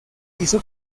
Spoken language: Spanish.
hizo